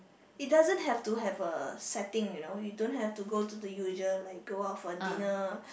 it doesn't have to have a setting you know you don't have to go the usual like go out for dinner